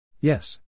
Yes